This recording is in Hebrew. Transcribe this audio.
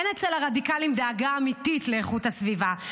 אין אצל הרדיקליים דאגה אמיתית לאיכות הסביבה,